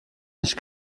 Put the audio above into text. nicht